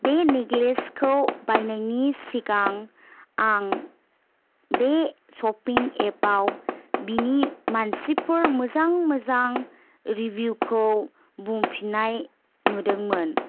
बे नेक्लेस खौ बायनायनि सिगां आं बे शपिं एप आव बिनि मानसिफोर मोजां मोजां रिभिउ खौ बुंफिननाय नुदोंमोन